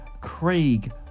Craig